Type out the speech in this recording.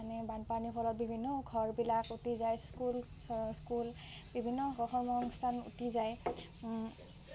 আমি বানপানীৰ ফলত বিভিন্ন ঘৰবিলাক উটি যায় স্কুল স্কুল বিভিন্ন অনুষ্ঠান উটি যায়